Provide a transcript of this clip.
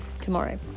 tomorrow